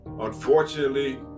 Unfortunately